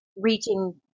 reaching